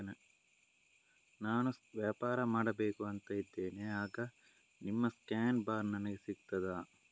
ನಾನು ವ್ಯಾಪಾರ ಮಾಡಬೇಕು ಅಂತ ಇದ್ದೇನೆ, ಆಗ ನಿಮ್ಮ ಸ್ಕ್ಯಾನ್ ಬಾರ್ ನನಗೆ ಸಿಗ್ತದಾ?